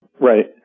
Right